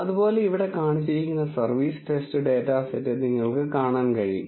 അതുപോലെ ഇവിടെ കാണിച്ചിരിക്കുന്ന സർവീസ് ടെസ്റ്റ് ഡാറ്റ സെറ്റ് നിങ്ങൾക്ക് കാണാൻ കഴിയും